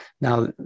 Now